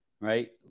right